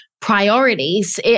priorities